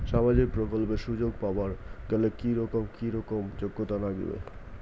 সামাজিক প্রকল্পের সুযোগ পাবার গেলে কি রকম কি রকম যোগ্যতা লাগিবে?